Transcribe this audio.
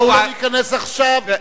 בואו לא ניכנס עכשיו,